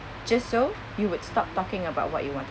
just so you would stop talking about what you want